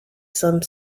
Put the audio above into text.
some